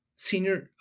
senior